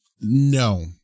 no